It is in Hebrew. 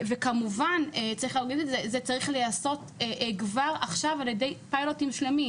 כמובן שזה צריך להיעשות כבר עכשיו על-ידי פיילוט שלם,